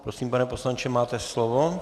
Prosím, pane poslanče, máte slovo.